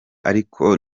ariko